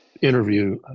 interview